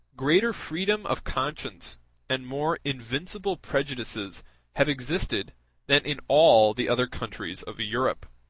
greater freedom of conscience and more invincible prejudices have existed than in all the other countries of europe.